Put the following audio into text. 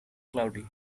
cloudy